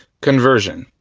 conversion.